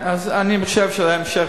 אני חושב שעל ההמשך